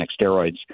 steroids